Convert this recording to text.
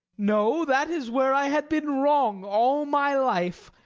no, that is where i had been wrong all my life.